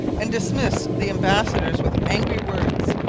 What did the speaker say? and dismissed the ambassadors with angry words.